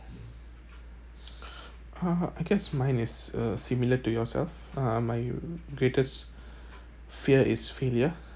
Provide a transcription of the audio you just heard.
uh I guess mine is uh similar to yourself uh my greatest fear is failure